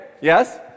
Yes